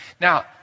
Now